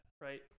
Right